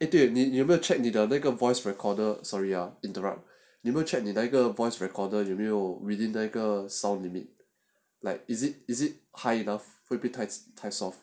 eh 对你有没有 check 你那个 voice recorder sorry ah interrupt 你有没有 check 你那个 voice recorder 有没有 within 那一个 sound limit like is it is it high enough 会不会太 soft